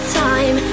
time